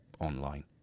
online